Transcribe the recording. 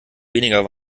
weniger